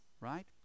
right